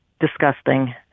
disgusting